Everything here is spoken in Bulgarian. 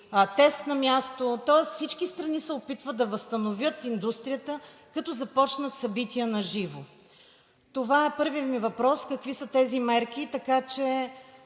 тест на място, тоест всички страни се опитват да възстановят индустрията, като започнат събития на живо. Това е първият ми въпрос: какви са тези мерки,